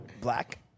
black